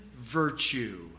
virtue